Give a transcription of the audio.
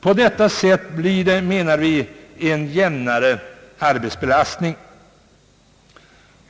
På detta sätt blir det enligt vår mening en jämnare arbetsbelastning.